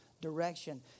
direction